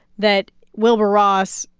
that wilbur ross,